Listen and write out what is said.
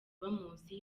bamuzi